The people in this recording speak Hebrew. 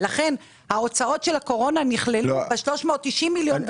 לכן ההוצאות של הקורונה נכללו ב-390 מיליון.